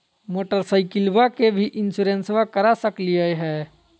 मोटरसाइकिलबा के भी इंसोरेंसबा करा सकलीय है?